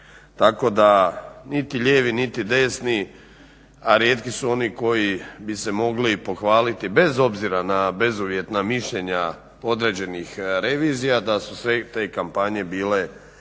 Tako da niti lijevi niti desni a rijetki su oni koji bi se mogli pohvaliti bez obzira na bezuvjetna mišljenja određenih revizija da su sve te kompanije bile